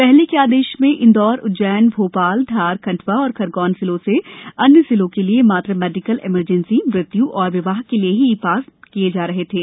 पहले के आदेश में इंदौर उज्जघ्र भोपाल धार खंडवा एवं खरगोन जिलों से अन्य जिलों के लिए मात्र मेडिकल इमरजेंसी मृत्य् और विवाह के लिए ही ई पास किए जा रहे थे